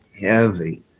heavy